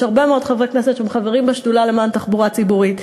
יש הרבה מאוד חברי כנסת שהם חברים בשדולה למען תחבורה ציבורית.